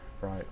Right